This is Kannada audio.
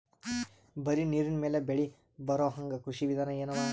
ಬರೀ ನೀರಿನ ಮೇಲೆ ಬೆಳಿ ಬರೊಹಂಗ ಕೃಷಿ ವಿಧಾನ ಎನವ?